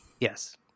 Yes